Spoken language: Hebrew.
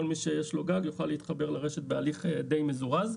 כל מי שיש לו גג יוכל להתחבר לרשת בהליך די מזורז,